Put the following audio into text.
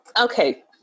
okay